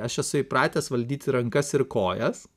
aš esu įpratęs valdyti rankas ir kojas